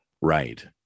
Right